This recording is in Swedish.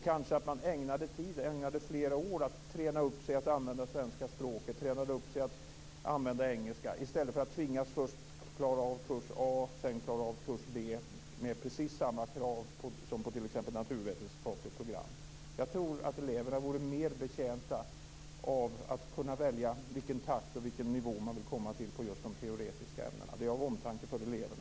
Kanske kunde man ägna flera år åt att träna upp sig i att använda svenska språket eller engelska, i stället för att tvingas att först klara av kurs A, sedan kurs B osv. med precis samma krav som på t.ex. naturvetenskapligt program. Jag tror att eleverna vore mer betjänta av att kunna välja vilken takt och vilken nivå de vill komma till i de teoretiska ämnena. Det här är av omtanke om eleverna.